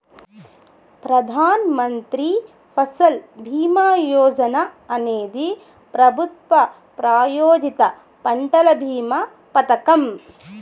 ప్రధాన్ మంత్రి ఫసల్ భీమా యోజన అనేది ప్రభుత్వ ప్రాయోజిత పంటల భీమా పథకం